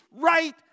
right